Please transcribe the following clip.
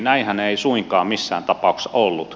näinhän ei suinkaan missään tapauksessa ollut